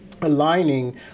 aligning